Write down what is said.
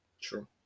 True